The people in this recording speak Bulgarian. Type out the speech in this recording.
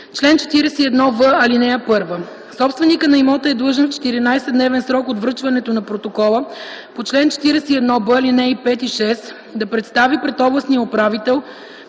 Чл. 41в. (1) Собственикът на имота е длъжен в 14-дневен срок от връчването на протокола по чл. 41б, ал. 5 и 6 да представи пред областния управител